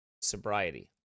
sobriety